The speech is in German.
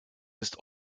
ist